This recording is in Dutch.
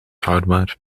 houdbaar